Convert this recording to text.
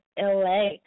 LA